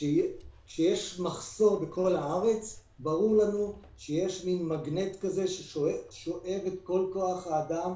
כשיש מחסור בכל הארץ ברור לנו שיש מגנט ששואב את כל כוח האדם